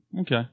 Okay